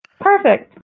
Perfect